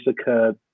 occurred